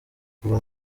kuva